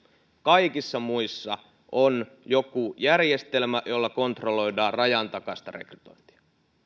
kaikissa muissa on joku järjestelmä jolla kontrolloidaan rajantakaista rekrytointia